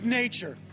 nature